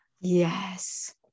Yes